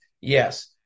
Yes